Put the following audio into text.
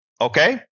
Okay